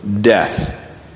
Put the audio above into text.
death